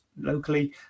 locally